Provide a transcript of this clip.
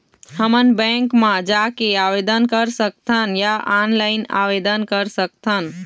हमन बैंक मा जाके आवेदन कर सकथन या ऑनलाइन आवेदन कर सकथन?